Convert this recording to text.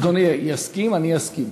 אדוני יסכים, אני אסכים,